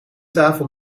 tafel